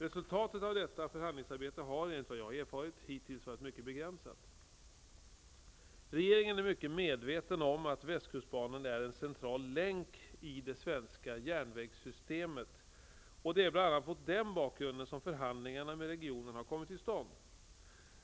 Resultatet av detta förhandlingsarbete har, enligt vad jag erfarit, hittills varit mycket begränsat. Regeringen är mycket medveten om att västkustbanan är en central länk i det svenska järnvägssystemet, och det är bl.a. mot den bakgrunden som förhandlingarna med regionen har kommit till stånd.